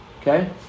Okay